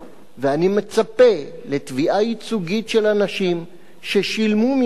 ואני מצפה לתביעה ייצוגית של אנשים ששילמו ממיטב